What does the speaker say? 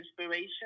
inspiration